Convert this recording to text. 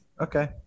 okay